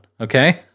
okay